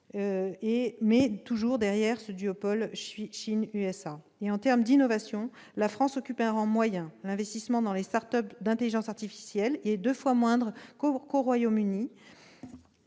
mais toujours derrière le duopole Chine-États-Unis. En ce qui concerne l'innovation, la France occupe un rang moyen. L'investissement dans les start-up d'intelligence artificielle est deux fois moindre qu'au Royaume-Uni.